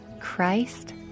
Christ